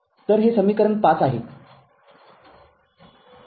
तर हे समीकरण ५ आहे